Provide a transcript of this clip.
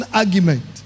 argument